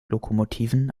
lokomotiven